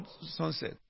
sunset